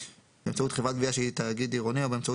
באמצעות חברת גבייה שהיא תאגיד עירוני או באמצעות